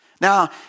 Now